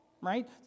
right